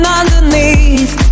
underneath